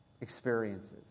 experiences